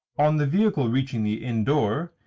on the vehicle reaching the inn door,